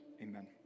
Amen